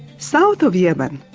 south of yemen,